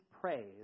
praise